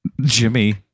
Jimmy